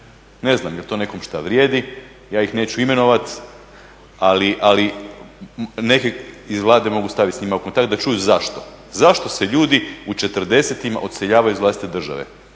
Ne znam jel' nekom to šta vrijedi, ja ih neću imenovati. Ali neke iz Vlade mogu staviti sa njima u kontakt da čuju zašto, zašto se ljudi u četrdesetima odseljavaju iz vlastite države?